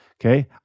okay